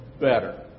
better